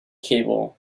cable